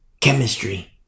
chemistry